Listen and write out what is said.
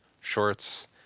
shorts